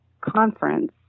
conference